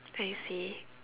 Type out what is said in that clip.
I see